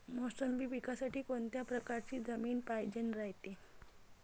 मोसंबी पिकासाठी कोनत्या परकारची जमीन पायजेन रायते?